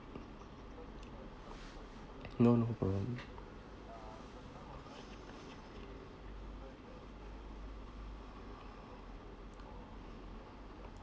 no no problem